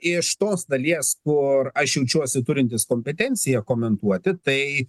iš tos dalies kur aš jaučiuosi turintis kompetenciją komentuoti tai